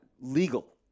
Legal